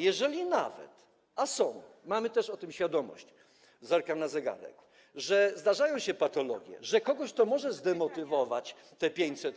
Jeżeli nawet są, mamy też tego świadomość - zerkam na zegarek - że zdarzają się patologie, że kogoś może zdemotywować to 500+,